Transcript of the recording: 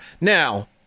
Now